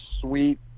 sweet